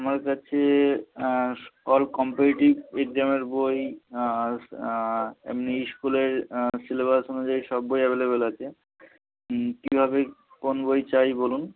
আমার কাছে স অল কম্পিটিটিভ এক্সামের বই এমনি স্কুলের সিলেবাস অনুযায়ী সব বইই অ্যাভেলেবেল আছে কীভাবে কোন বই চাই বলুন